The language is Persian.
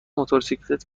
موتورسیکلت